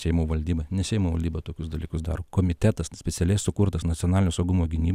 seimo valdyba ne seimo valdyba tokius dalykus daro komitetas specialiai sukurtas nacionalinio saugumo gini